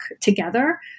together